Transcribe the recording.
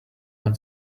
when